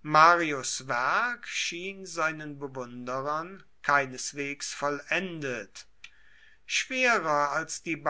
marius werk schien seinen bewunderern keineswegs vollendet schwerer als die